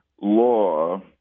law